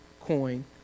coin